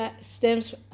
stems